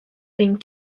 being